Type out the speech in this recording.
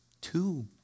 two